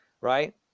right